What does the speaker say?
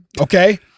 Okay